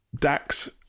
Dax